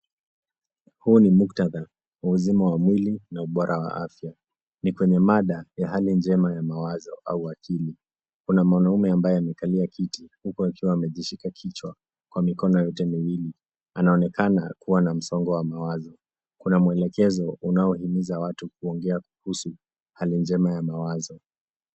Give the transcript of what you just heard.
Huu ni muktadha wa uzima wa mwili na ubora wa afya. Ni kwenye mada ya hali njema ya mawazo au akili. Kuna mwanaume ambaye amekalia kiti huku akiwa amejishika kichwa kwa mikono yote miwili. Anaonekana kuwa na msongo wa mawazo. Kuna mwelekezo unaohimiza watu kuongea kuhusu hali njema ya mawazo.